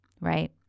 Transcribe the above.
right